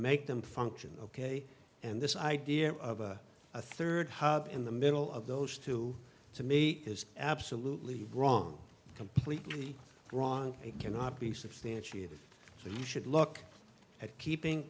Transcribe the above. make them function ok and this idea of a third hop in the middle of those two to meet is absolutely wrong completely wrong it cannot be substantiated so you should look at keeping